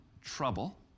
trouble